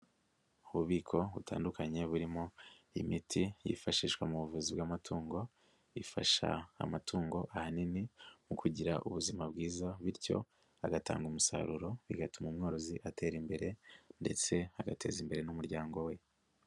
Ububiko butandukanye burimo imiti yifashishwa mu buvuzi bw'amatungo, ifasha amatungo ahanini mu kugira ubuzima bwiza, bityo agatanga umusaruro, bigatuma umworozi atera imbere ndetse agateza imbere n'umuryango we.